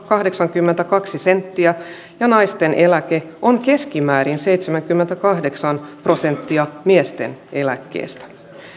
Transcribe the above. kahdeksankymmentäkaksi senttiä ja naisten eläke on keskimäärin seitsemänkymmentäkahdeksan prosenttia miesten eläkkeestä